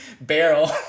barrel